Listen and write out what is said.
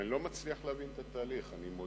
אבל אני לא מצליח להבין את התהליך,